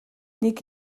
нэг